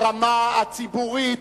ברמה הציבורית,